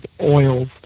oils